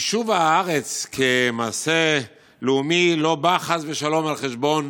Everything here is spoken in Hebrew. יישוב הארץ כמעשה לאומי לא בא, חס ושלום, על חשבון